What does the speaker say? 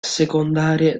secondarie